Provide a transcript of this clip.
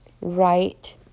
right